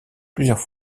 plusieurs